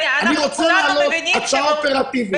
אני רוצה להעלות הצעה אופרטיבית.